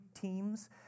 teams